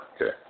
Okay